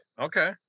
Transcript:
okay